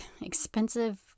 expensive